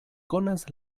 konas